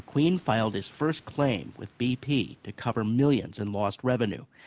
macqueen filed his first claim with bp to cover millions in lost revenue.